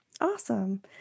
Awesome